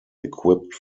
equipped